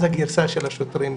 אז הגרסה של השוטרים משתנה.